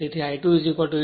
તેથી I2 8